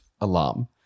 alarm